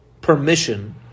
permission